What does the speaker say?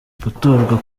gutorwa